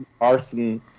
arson